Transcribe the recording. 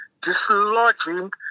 dislodging